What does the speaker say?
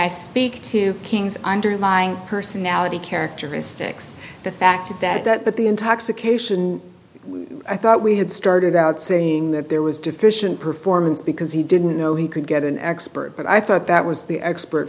i speak to king's underlying personality characteristics the fact that that but the intoxication i thought we had started out saying that there was deficient performance because he didn't know he could get an expert but i thought that was the expert